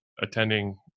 attending